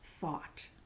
thought